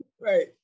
Right